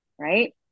Right